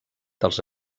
dels